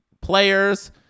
players